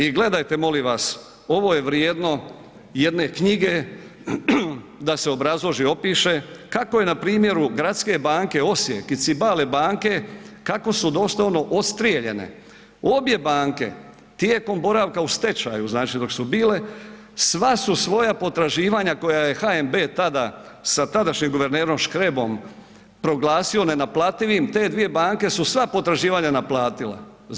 I gledajte molim vas, ovo je vrijedno jedne knjige da se obrazloži i opiše kako je na primjeru Gradske banke Osijek i Cibale banke, kako su doslovno odstrijeljene obje banke tijekom boravka u stečaju, znači dok su bile, sva su svoja potraživanja koja je HNB tada sa tadašnji guvernerom Škrebom, proglasio nenaplativim, te dvije banke su sva potraživanja naplatila.